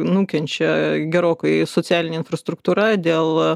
nukenčia gerokai socialinė infrastruktūra dėl